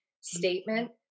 statement